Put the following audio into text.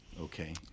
Okay